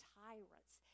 tyrants